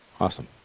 Awesome